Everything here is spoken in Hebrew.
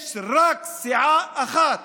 יש רק סיעה אחת